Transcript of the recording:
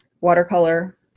watercolor